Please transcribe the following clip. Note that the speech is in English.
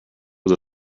was